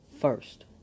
first